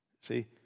See